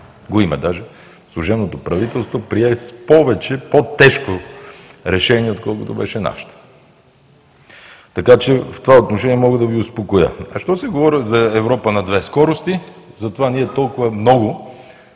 го има. Даже служебното правителство прие с повече по-тежко решение, отколкото беше нашето. Така че в това отношение мога да Ви успокоя. А що се говори за „Европа на две скорости“, затова ние толкова много